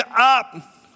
up